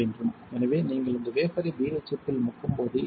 எனவே நீங்கள் இந்த வேபர்ரை BHF இல் முக்கும் போது என்ன நடக்கும்